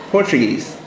Portuguese